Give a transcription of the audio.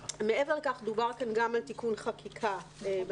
מעבר לכך, דובר כאן גם על תיקון חקיקה בנושא,